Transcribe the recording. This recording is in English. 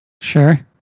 Sure